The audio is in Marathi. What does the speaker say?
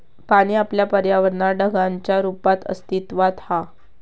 पाणी आपल्या पर्यावरणात ढगांच्या रुपात अस्तित्त्वात हा